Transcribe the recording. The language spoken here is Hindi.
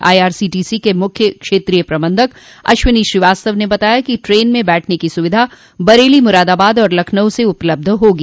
आईआरसीटीसी के मुख्य क्षेत्रीय प्रबंधक अश्वनी श्रीवास्तव ने बताया कि ट्रेन में बैठने की सुविधा बरेली मुरादाबाद और लखनऊ से उपलब्ध होगी